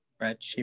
Right